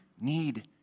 need